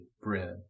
bread